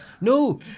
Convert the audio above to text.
No